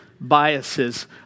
biases